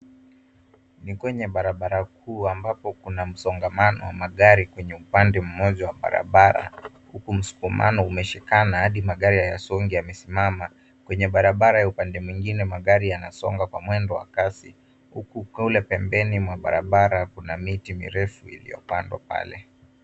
Ni kwenye barabara kuu ambapo kuna msongamano wa magari kwenye upande mmoja wa barabara, huku msukumano umeshikana hadi magari hayasongi yamesimama. Kwenye barabara ya upande mwingine magari yanasonga kwa mwendo wa kasi, huku kule pembeni mwa barabara kuna miti mirefu iliyopandwa pale.